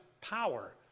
power